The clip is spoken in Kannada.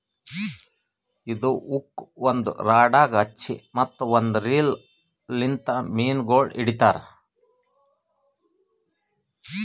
ಇದು ಹುಕ್ ಒಂದ್ ರಾಡಗ್ ಹಚ್ಚಿ ಮತ್ತ ಒಂದ್ ರೀಲ್ ಲಿಂತ್ ಮೀನಗೊಳ್ ಹಿಡಿತಾರ್